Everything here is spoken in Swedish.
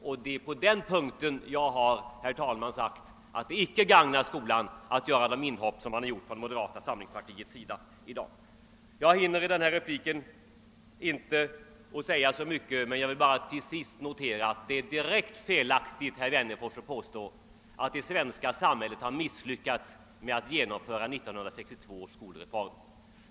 Det är på denna punkt, herr talman, som jag framhållit att det inte hjälper skolan att göra sådana inhopp som representanter för moderata samlingspartiet gjort i dag. Jag hinner inte säga så mycket under den korta repliktiden men vill till sist understryka att det är direkt felaktigt, herr Wennerfors, att påstå att det svenska samhället har misslyckats med att genomföra 1962 års skolreform.